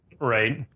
right